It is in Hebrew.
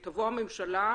זו אמירה ראשונה.